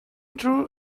true